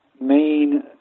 main